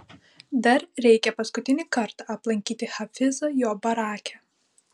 dar reikia paskutinį kartą aplankyti hafizą jo barake